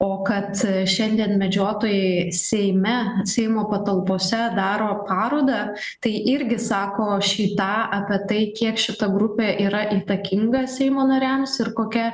o kad šiandien medžiotojai seime seimo patalpose daro parodą tai irgi sako šį tą apie tai kiek šita grupė yra įtakinga seimo nariams ir kokia